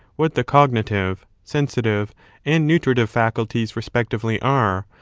what the cogni tive, sensitive and nutritive faculties respectively are,